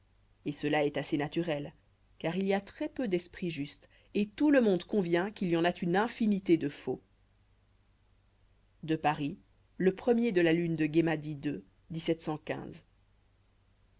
et cela est bien naturel car il y a très peu d'esprits justes et tout le monde convient qu'il y en a une infinité de faux à paris le de la lune de